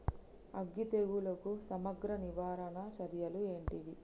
అగ్గి తెగులుకు సమగ్ర నివారణ చర్యలు ఏంటివి?